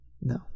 No